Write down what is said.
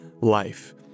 life